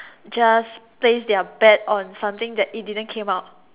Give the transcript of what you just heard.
just place their bet on something that it didn't came out